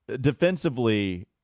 defensively